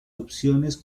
opciones